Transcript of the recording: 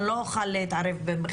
לא אוכל להתערב במכרזים.